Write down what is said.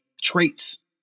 traits